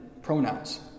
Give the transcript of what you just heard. Pronouns